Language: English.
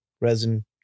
resin